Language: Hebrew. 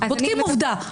בודקים עובדה,